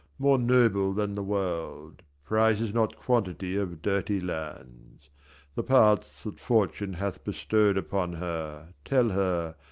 more noble than the world, prizes not quantity of dirty lands the parts that fortune hath bestow'd upon her, tell her,